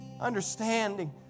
Understanding